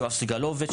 יואב סגלוביץ',